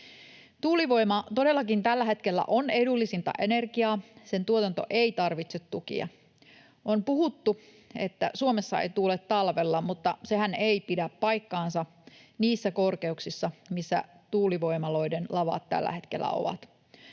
Tuulivoima todellakin tällä hetkellä on edullisinta energiaa, sen tuotanto ei tarvitse tukia. On puhuttu, että Suomessa ei tuule talvella, mutta sehän ei pidä paikkaansa niissä korkeuksissa, missä tuulivoimaloiden lavat tällä hetkellä ovat.